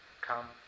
come